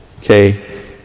Okay